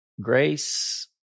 Grace